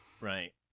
Right